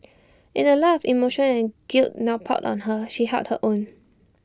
in the light of the emotion and guilt now piled on her she held her own